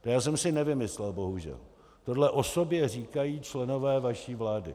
To já jsem si nevymyslel, bohužel, tohle o sobě říkají členové vaší vlády.